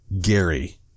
Gary